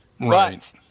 Right